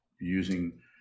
using